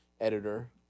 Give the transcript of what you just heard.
editor